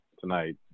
tonight